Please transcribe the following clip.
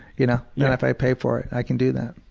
you know, then if i pay for it i can do that.